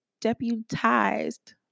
deputized